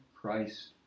Christ